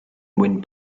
wind